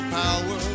power